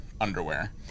underwear